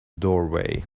doorway